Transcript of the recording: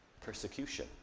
persecution